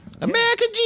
American